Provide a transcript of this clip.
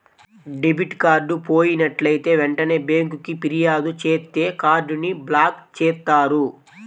debit card పోయినట్లైతే వెంటనే బ్యేంకుకి ఫిర్యాదు చేత్తే కార్డ్ ని బ్లాక్ చేత్తారు